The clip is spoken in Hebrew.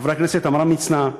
חברי הכנסת עמרם מצנע,